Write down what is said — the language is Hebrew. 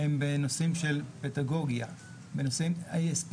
הם בנושאים של פדגוגיה וסציפיקציה,